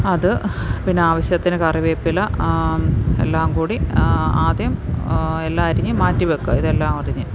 അത് പിന്നെ ആവശ്യത്തിന് കറിവേപ്പില എല്ലാംകൂടി ആദ്യം എല്ലാമരിഞ്ഞ് മാറ്റിവയ്ക്കുക ഇതെല്ലാമരിഞ്ഞ്